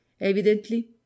evidently